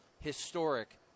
historic